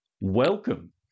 Welcome